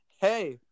hey